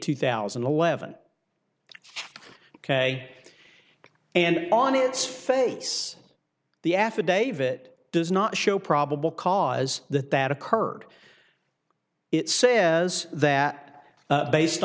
two thousand and eleven ok and on its face the affidavit does not show probable cause that that occurred it says that based